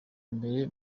mbere